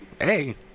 Hey